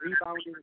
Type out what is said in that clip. rebounding